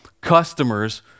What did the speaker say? customers